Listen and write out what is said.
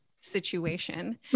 situation